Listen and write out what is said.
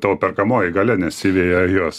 tavo perkamoji galia nesiveja jos